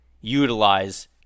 utilize